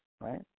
right